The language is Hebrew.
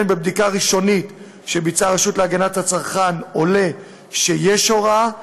מבדיקה ראשונית שביצעה הרשות להגנת הצרכן עולה שיש הוראה,